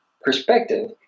perspective